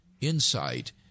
insight